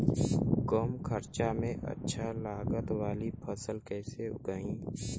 कम खर्चा में अच्छा लागत वाली फसल कैसे उगाई?